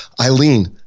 Eileen